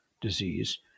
disease